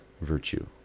virtue